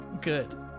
Good